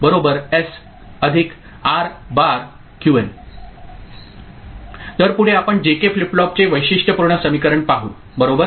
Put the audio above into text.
तर पुढे आपण जे के फ्लिप फ्लॉप चे वैशिष्ट्यीकृत समीकरण पाहू बरोबर